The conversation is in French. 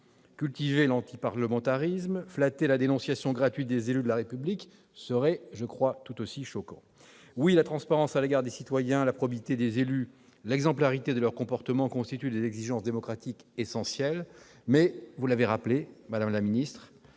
cultiver l'antiparlementarisme, flatter la dénonciation gratuite des élus de la République serait tout aussi choquant. Oui, la transparence à l'égard des citoyens, la probité des élus et l'exemplarité de leur comportement, constituent autant d'exigences démocratiques essentielles. Toutefois, vous l'avez rappelé, madame la garde